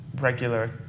regular